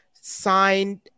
signed